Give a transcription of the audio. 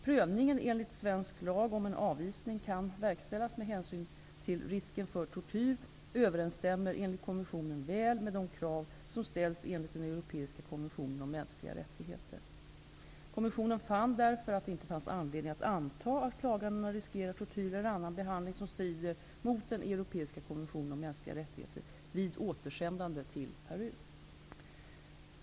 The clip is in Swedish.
Prövningen enligt svensk lag om en avvisning kan verkställas med hänsyn till risken för tortyr överensstämmer enligt kommissionen väl med de krav som ställs enligt den europeiska konventionen om mänskliga rättigheter. Kommissionen fann därför att det inte fanns anledning att anta att klagandena riskerar tortyr eller annan behandling som strider mot den europeiska konventionen om mänskliga rättigheter vid återsändande till Peru.